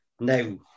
now